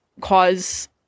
cause